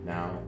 Now